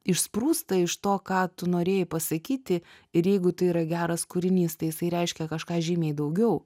išsprūsta iš to ką tu norėjai pasakyti ir jeigu tai yra geras kūrinys tai jisai reiškia kažką žymiai daugiau